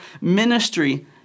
Ministry